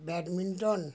badminton